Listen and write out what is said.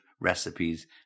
recipes